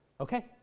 okay